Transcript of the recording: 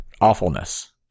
awfulness